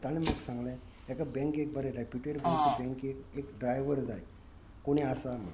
आनी ताणें म्हाका सांगलें एका बँकेक बरे रॅप्युटेड गोंयचे बँकेक एक ड्रायवर जाय कोणी आसा म्हण